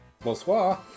Bonsoir